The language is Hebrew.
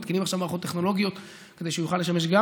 מתקינים עכשיו מערכות טכנולוגיות כדי שהוא יוכל לשמש גם